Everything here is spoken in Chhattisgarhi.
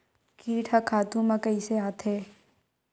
कीट ह खातु म कइसे आथे?